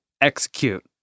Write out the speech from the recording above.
execute